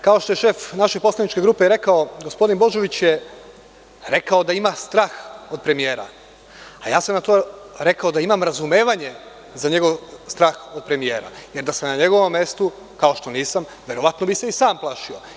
Kao što je šef naše poslaničke grupe rekao, gospodin Božović je rekao da ima strah od premijera, a ja sam na to rekao da imam razumevanje za njegov strah od premijera, jer da sam na njegovom mestu, kao što nisam, verovatno bih se i sam plašio.